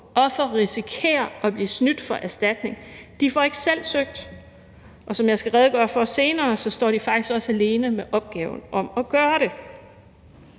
Ofre risikerer at blive snydt for erstatning. De får ikke selv søgt, og som jeg skal redegøre for senere, står de faktisk også alene med opgaven om at gøre det.